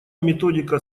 методика